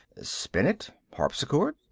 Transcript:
spinet? harpsichord?